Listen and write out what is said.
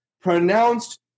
pronounced